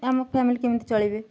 ଆମ ଫ୍ୟାମିଲି କେମିତି ଚଳିବେ